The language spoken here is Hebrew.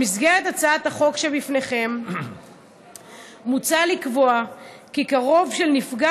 בהצעת החוק שבפניכם מוצע לקבוע כי קרוב של נפגע